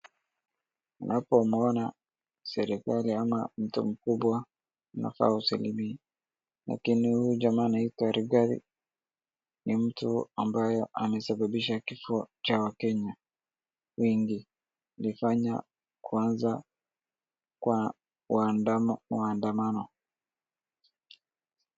Unapomuona serekali ama mtu mkubwa unafaa usalimie lakini huyu jamaa anaitwa Rigathe ni mtu ambayo amesababisha kifo cha wakenya wengi alifanya kwanza kwa maandamano.